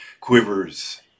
Quivers